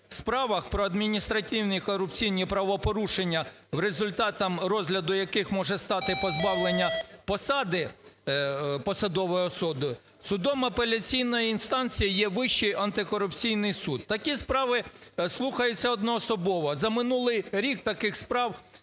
справах про адміністративні корупційні правопорушення, результатом розгляду яких може стати позбавлення посади посадовою особою, судом апеляційної інстанції є Вищий антикорупційний суд. Такі справи слухаються одноособово. За минулий рік таких справ